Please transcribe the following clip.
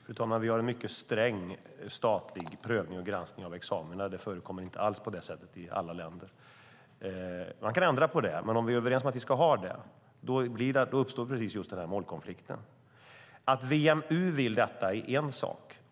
Fru talman! Vi har mycket sträng statlig prövning och granskning av examina. Det är inte alls på det sättet i alla länder. Man kan ändra på det, men om vi är överens om att vi ska ha det så uppstår denna målkonflikt. Att WMU vill detta är en sak.